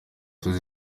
tanu